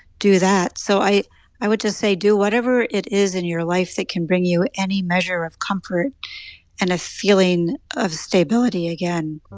do that. so i i would just say, do whatever it is in your life that can bring you any measure of comfort and a feeling of stability again